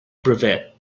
brevet